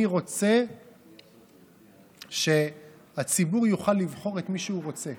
אני רוצה שהציבור יוכל לבחור את מי שהוא רוצה,